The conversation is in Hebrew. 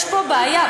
יש פה בעיה,